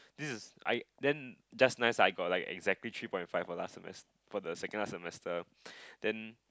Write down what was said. this is I then just nice I got like exactly three point five for last semes~ for the second last semester then